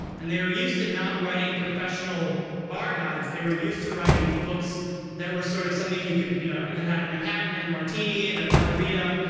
and they were used to not writing professional bar guides, they were used to writing books that were sort of something you could you know it had a manhattan and a martini, and and a margarita,